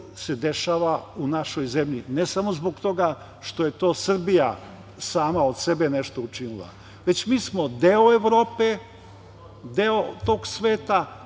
se dešava u našoj zemlji, ne samo zbog toga što je to Srbija sama od sebe nešto učinila, već mi smo deo Evrope, deo tog sveta.